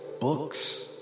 books